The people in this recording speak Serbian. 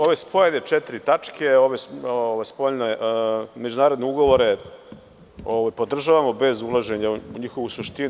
Ove spojene četiri tačke, spojene međunarodne ugovore podržavamo bez ulaženja u njihovu suštinu.